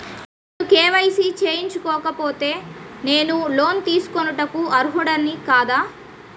నేను కే.వై.సి చేయించుకోకపోతే నేను లోన్ తీసుకొనుటకు అర్హుడని కాదా?